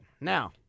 Now